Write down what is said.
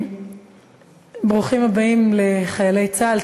ברוכים הבאים לחיילי צה"ל,